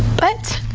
but,